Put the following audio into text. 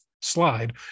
slide